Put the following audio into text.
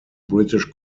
british